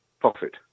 profit